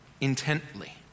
intently